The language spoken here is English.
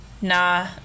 nah